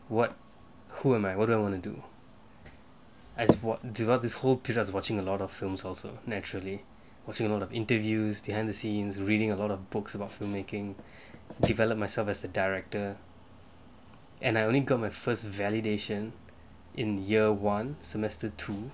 what who am I what do I want to do as what throughout this whole periods watching a lot of films also naturally watching a lot of interviews behind the scenes reading a lot of books about filmmaking develop myself as a director and I only got my first validation in year one semester two